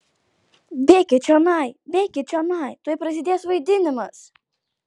bėkit čionai bėkit čionai tuoj prasidės vaidinimas